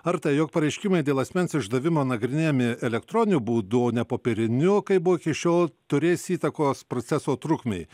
ar tai jog pareiškimai dėl asmens išdavimo nagrinėjami elektroniniu būdu o ne popieriniu kaip buvo iki šiol turės įtakos proceso trukmei